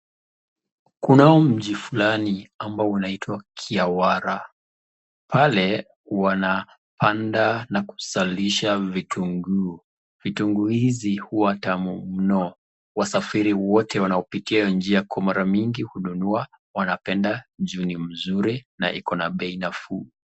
Kunao mji fulani ambao unaoitwa kiawara, pale wanapanda na kuzalisha vitunguu. Vitunguu hizi huwa tamu mno. Wasafiri wote wanaopitia hio njia kwa mara mingi hununua . Wanapenda juu ni mzuri na iko na bei nafuu.